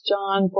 John